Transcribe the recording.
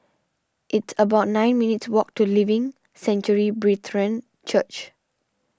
It's about nine minutes' walk to Living Sanctuary Brethren Church